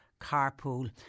carpool